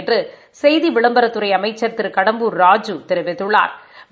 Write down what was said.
என்று செய்தி விளம்பரத்துறை அமைச்சா் திரு கடம்பூர் ராஜு தொவித்துள்ளாா்